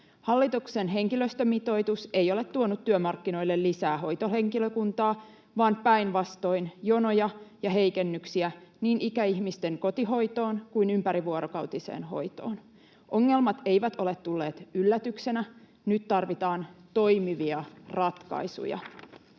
Hallituksen henkilöstömitoitus ei ole tuonut työmarkkinoille lisää hoitohenkilökuntaa vaan päinvastoin jonoja ja heikennyksiä niin ikäihmisten kotihoitoon kuin ympärivuorokautiseen hoitoon. Ongelmat eivät ole tulleet yllätyksenä. Nyt tarvitaan toimivia ratkaisuja.